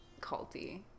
culty